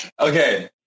okay